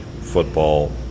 football